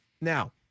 Now